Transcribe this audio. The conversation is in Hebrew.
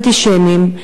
אנטישמיים,